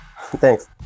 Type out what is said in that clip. thanks